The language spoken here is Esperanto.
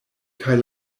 kaj